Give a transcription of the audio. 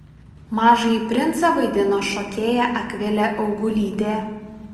mažąjį princą vaidino šokėja akvilė augulytė